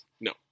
No